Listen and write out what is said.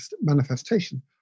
manifestation